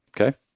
Okay